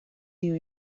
new